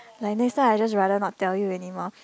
like next time I just rather not tell you anymore